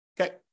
Okay